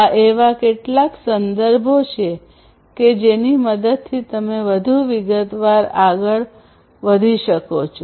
આ એવા કેટલાક સંદર્ભો છે કે જેની મદદથી તમે વધુ વિગતવાર આગળ વધી શકો છો